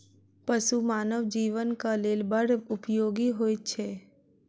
पशु मानव जीवनक लेल बड़ उपयोगी होइत छै